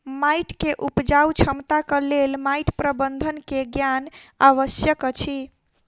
माइट के उपजाऊ क्षमताक लेल माइट प्रबंधन के ज्ञान आवश्यक अछि